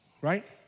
Right